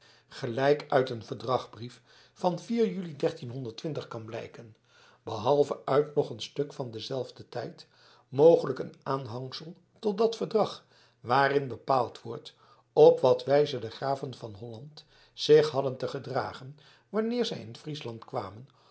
gelijk uit een verdragbrief van juli kan blijken behalve uit nog een stuk van denzelfden tijd mogelijk een aanhangsel tot dat verdrag waarin bepaald wordt op wat wijze de graven van holland zich hadden te gedragen wanneer zij in friesland kwamen